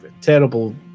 terrible